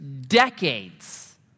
decades